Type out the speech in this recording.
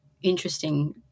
interesting